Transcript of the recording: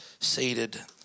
seated